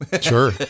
Sure